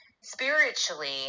spiritually